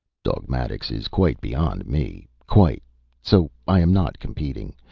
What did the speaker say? dogmatics is quite beyond me, quite so i am not competing.